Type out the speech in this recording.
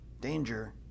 Danger